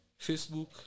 Facebook